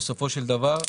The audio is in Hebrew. בסופו של דבר.